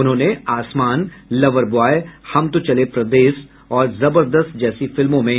उन्होंने Aasmaan lover boy Hum To Chale Pardes और जबरदस्त जैसी फिल्मों में काम किया